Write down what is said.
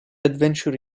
adventure